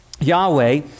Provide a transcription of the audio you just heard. Yahweh